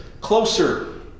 closer